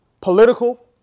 political